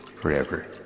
forever